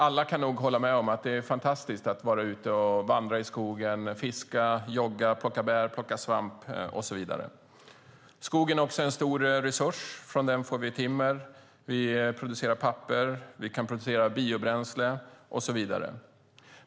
Alla kan nog hålla med om att det är fantastiskt att vara ute och vandra i skogen, fiska, jogga, plocka bär och svamp och så vidare. Skogen är också en stor resurs. Från den får vi timmer. Vi producerar papper, vi kan producera biobränsle och så vidare.